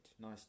Nice